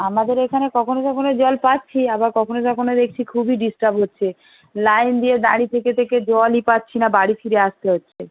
আমাদের এখানে কখনও কখনও জল পাচ্ছি আবার কখনও কখনও দেখছি খুবই ডিস্টার্ব হচ্ছে লাইন দিয়ে দাঁড়িয়ে থেকে থেকে জলই পাচ্ছি না বাড়ি ফিরে আসতে হচ্ছে